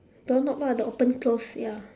doorknob ah the open close ya